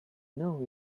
know